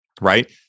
right